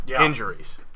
Injuries